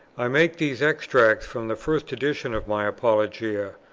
i make these extracts from the first edition of my apologia,